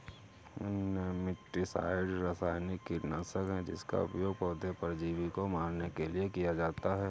nematicide रासायनिक कीटनाशक है जिसका उपयोग पौधे परजीवी को मारने के लिए किया जाता है